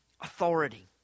authority